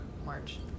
March